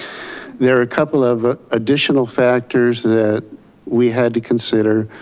there are a couple of additional factors that we had to consider.